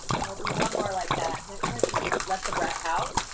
and we'll do one more like that. next time you let the breath out,